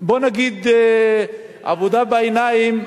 עבודה בעיניים.